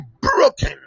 broken